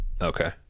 Okay